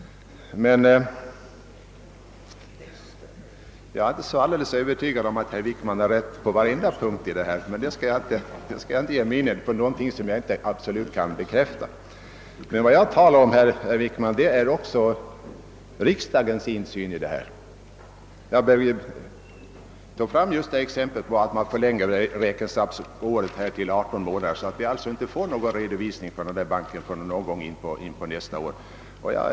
Men jag är inte alldeles övertygad om att herr Wickman har rätt på varje punkt i vad han säger. Jag skall emellertid inte ge mig in på något som jag inte kan bekräfta. Vad jag talat om är riksdagens insyn i bankens verksamhet. Jag tog upp det förhållandet, att man förlänger räkenskapsåret till 18 månader, varigenom vi inte får någon redovisning från banken förrän någon gång in på nästa år.